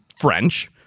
French